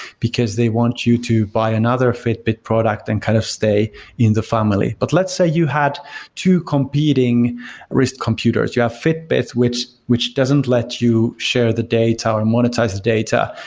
because they want you to buy another fitbit product and kind of stay in the family. but let's say you had two competing risk computers. you have fitbits, which which doesn't let you share the data or monetize data,